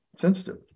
sensitive